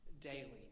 daily